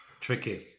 Tricky